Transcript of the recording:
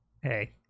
Hey